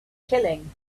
chilling